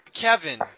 Kevin